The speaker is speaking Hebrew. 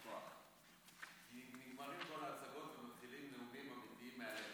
כי נגמרות כל ההצגות ומתחילים נאומים אמיתיים מהלב.